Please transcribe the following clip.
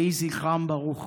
יהי זכרם ברוך.